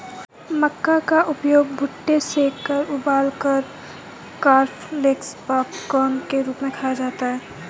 मक्का का उपयोग भुट्टे सेंककर उबालकर कॉर्नफलेक्स पॉपकार्न के रूप में खाया जाता है